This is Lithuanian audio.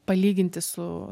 palyginti su